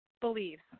believes